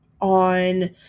on